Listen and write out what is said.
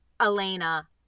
Elena